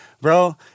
Bro